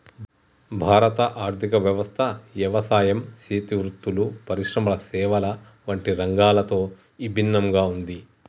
భారత ఆర్థిక వ్యవస్థ యవసాయం సేతి వృత్తులు, పరిశ్రమల సేవల వంటి రంగాలతో ఇభిన్నంగా ఉంది